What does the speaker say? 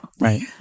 right